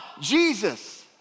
Jesus